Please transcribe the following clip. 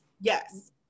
yes